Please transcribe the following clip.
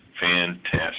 fantastic